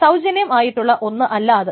സൌജന്യം ആയിട്ടുള്ള ഒന്ന് അല്ല അത്